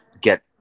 get